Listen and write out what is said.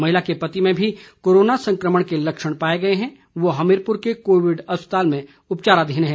महिला के पति में भी कोरोना संकमण के लक्षण पाये गए है वो हमीरपुर के कोविड अस्पताल में उपचाराधीन है